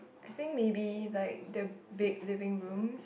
I think maybe like the big living room